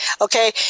Okay